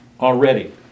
already